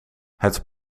het